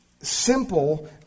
simple